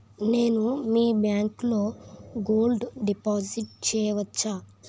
నేను మీ బ్యాంకులో గోల్డ్ డిపాజిట్ చేయవచ్చా?